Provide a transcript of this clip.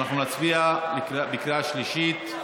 אנחנו נצביע בקריאה השלישית.